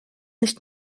nicht